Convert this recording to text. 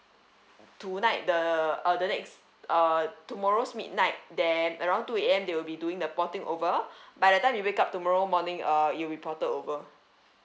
tonight the uh the next uh tomorrow's midnight then around two A_M they will be doing the porting over by the time you wake up tomorrow morning uh you'll be ported over